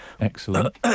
Excellent